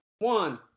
One